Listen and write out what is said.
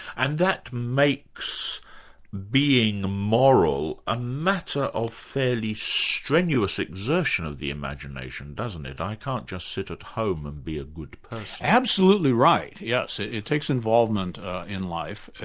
and that makes being moral a matter of fairly strenuous exertion of the imagination, doesn't it? i can't just sit at home and be a good person. absolutely right, yes. it it takes involvement in life.